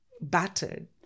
battered